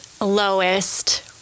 lowest